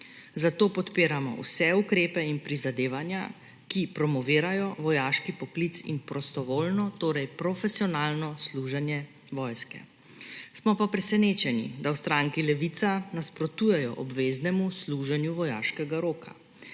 zato podpiramo vse ukrepe in prizadevanja, ki promovirajo vojaški poklic in prostovoljno, torej profesionalno služenje vojske. Smo pa presenečeni, da v stranki Levica nasprotujejo obveznemu služenju vojaškega roka.